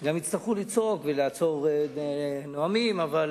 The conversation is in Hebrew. גם יצטרכו לצעוק ולעצור נואמים, אבל